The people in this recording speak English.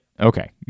Okay